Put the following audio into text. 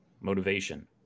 motivation